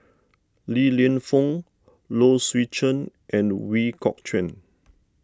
Li Lienfung Low Swee Chen and Ooi Kok Chuen